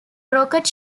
rocket